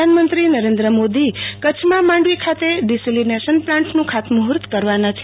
પ્રધાનમંત્રી નરેન્દ્ર મોદી કચ્છમાં માંડવી ખાતે ડિસેલિનેશન પ્લાન્ટનું ખાતમૂહર્ત કરવાના છે